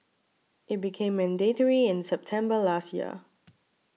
it became mandatory in September last year